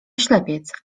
ślepiec